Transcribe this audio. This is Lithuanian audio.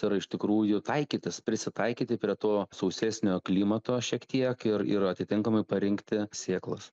yra iš tikrųjų taikytis prisitaikyti prie to sausesnio klimato šiek tiek ir ir atitinkamai parinkti sėklas